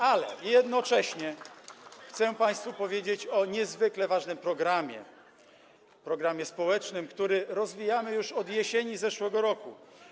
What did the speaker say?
Ale jednocześnie chcę państwu powiedzieć o niezwykle ważnym programie, programie społecznym, który rozwijamy już od jesieni zeszłego roku.